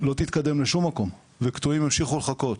לא תתקדם לשום מקום וקטועים ימשיכו לחכות.